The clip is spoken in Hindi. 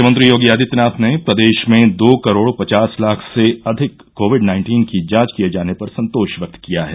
मुख्यमंत्री योगी आदित्यनाथ ने प्रदेश मे दो करोड़ पचास लाख से अधिक कोविड नाइन्टीन की जांच किये जाने पर संतोष व्यक्त किया है